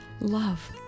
love